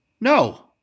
No